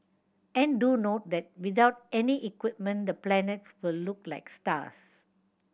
and do note that without any equipment the planets will look like stars